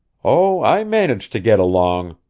oh, i manage to get along!